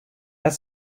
net